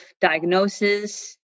diagnosis